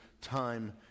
time